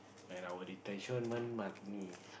and our retention money